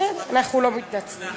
בסדר, אנחנו לא מתנצלים.